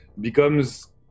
becomes